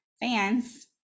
fans